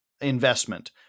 investment